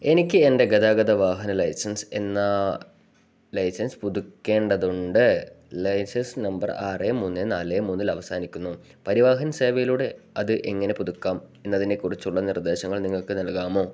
എനിക്ക് എൻ്റെ ഗതാഗത വാഹന ലൈസൻസ് എന്ന ലൈസൻസ് പുതുക്കേണ്ടതുണ്ട് ലൈസൻസ് നമ്പർ ആറ് മൂന്ന് നാല് മൂന്നിൽ അവസാനിക്കുന്നു പരിവാഹൻ സേവയിലൂടെ അത് എങ്ങനെ പുതുക്കാം എന്നതിനെക്കുറിച്ചുള്ള നിർദ്ദേശങ്ങൾ നിങ്ങൾക്ക് നൽകാമോ